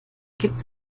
gibt